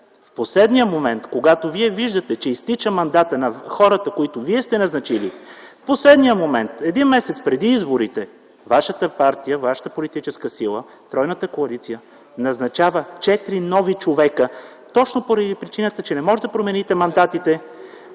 В последния момент, когато вие виждате, че изтича мандатът на хората, които вие сте назначили, в последния момент, един месец преди изборите, вашата партия, вашата политическа сила, тройната коалиция назначава четири нови човека. Точно поради причината, че не може да промените мандатите…(Реплики